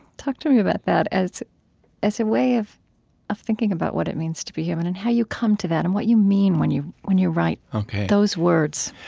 talk to me about that as as a way of of thinking about what it means to be human and how you come to that and what you mean when you when you write those words